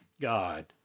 god